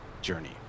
Journey